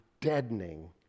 deadening